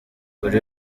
buri